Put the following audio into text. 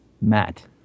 Matt